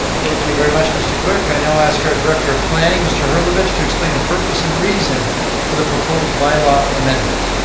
thank you very much mr. clerk. i now ask our director of planning, mr. herlovich to explain the purpose and reason for the proposed bylaw amendment.